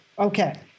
Okay